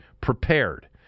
prepared